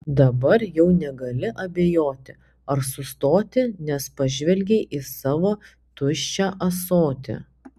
dabar jau negali abejoti ar sustoti nes pažvelgei į savo tuščią ąsotį